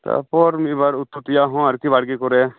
ᱛᱟᱨᱯᱚᱨ ᱢᱤᱫᱼᱵᱟᱨ ᱩᱛᱩ ᱛᱮᱭᱟᱜ ᱦᱚᱸ ᱟᱨᱠᱤ ᱵᱟᱲᱜᱮ ᱠᱚᱨᱮ